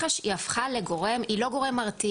מח"ש היא לא גורם מרתיע.